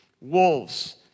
wolves